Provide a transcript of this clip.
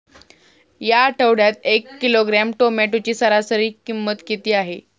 या आठवड्यात एक किलोग्रॅम टोमॅटोची सरासरी किंमत किती आहे?